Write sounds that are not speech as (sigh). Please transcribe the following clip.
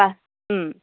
(unintelligible)